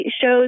shows